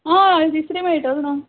हय तिसरी मेळटलो न्हू